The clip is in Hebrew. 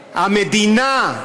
המדינה,